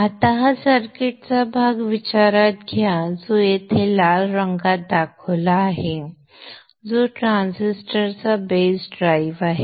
आता सर्किटचा हा भाग विचारात घ्या जो येथे लाल रंगात दाखवला आहे जो ट्रान्झिस्टरचा बेस ड्राइव्ह आहे